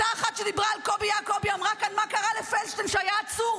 אותה אחת שדיברה על קובי יעקובי אמרה כאן: מה קרה לפלדשטיין שהיה עצור?